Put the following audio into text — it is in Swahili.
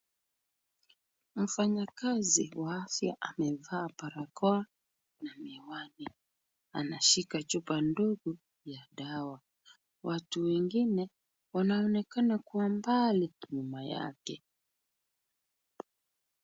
Mfanyakazi wa afya amevaa barakoa na miwani. Anashika chupa ndogo ya dawa. Watu wengine wanaonekana kwa mbali nyuma yake.